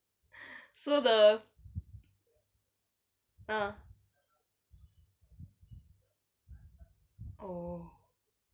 so the ah